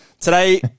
today